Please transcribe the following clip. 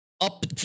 up